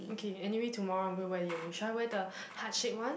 okay anyway tomorrow I'm going to wear earring should I wear the heart shape one